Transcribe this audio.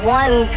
one